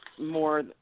more